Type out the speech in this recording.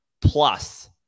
plus